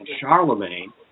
Charlemagne